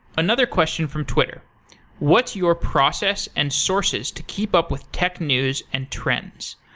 another question from twitter what's your process and sources to keep up with tech news and trends?